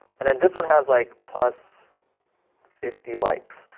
and then this one has like plus fifty likes.